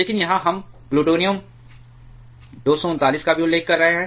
लेकिन यहां हम प्लूटोनियम 239 का भी उल्लेख कर रहे हैं